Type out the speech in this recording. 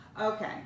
Okay